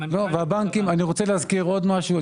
אני רוצה להזכיר עוד משהו.